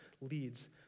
leads